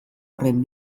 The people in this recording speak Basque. horren